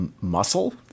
muscle